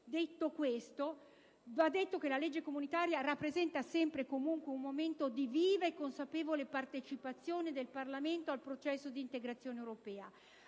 In conclusione, va detto che la legge comunitaria rappresenta sempre e comunque un momento di viva e consapevole partecipazione del Parlamento al processo di integrazione europea,